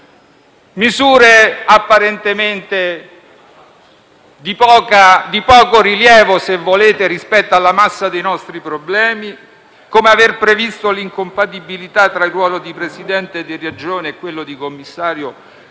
misure apparentemente di poco rilievo - se volete - rispetto alla massa dei nostri problemi, come aver previsto l'incompatibilità tra il ruolo di Presidente di Regione e quello di Commissario